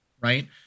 Right